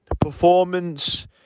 Performance